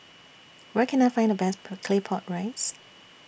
Where Can I Find The Best Per Claypot Rice